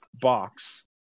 box